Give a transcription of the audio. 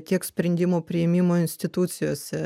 tiek sprendimų priėmimo institucijose